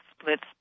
splits